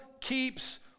keeps